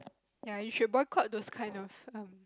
ya you should boycott those kind of um